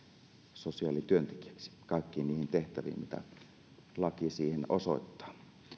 sosiaalityöntekijäksi kaikkiin niihin tehtäviin mitä laki siihen osoittaa